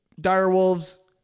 direwolves